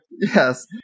Yes